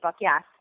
yes